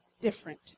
different